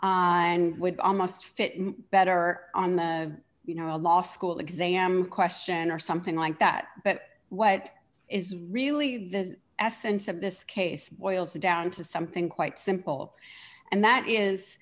and would almost fit better on the you know a law school exam question or something like that but what is really the essence of this case boils down to something quite simple and that is